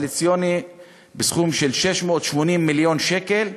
בסכום של 680 מיליון שקל.